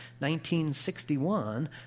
1961